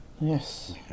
yes